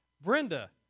Brenda